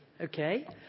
okay